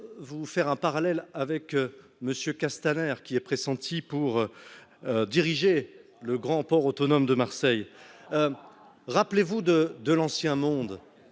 vous faire un parallèle avec Monsieur Castanet, qui est pressenti pour diriger le grand port autonome de Marseille, rappelez-vous de de l'ancien monde,